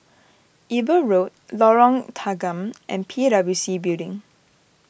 Eber Road Lorong Tanggam and P W C Building